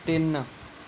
ਤਿੰਨ